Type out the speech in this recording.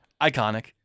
iconic